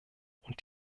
und